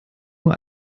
nur